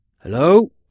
Hello